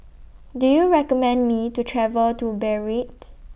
Do YOU recommend Me to travel to Beirut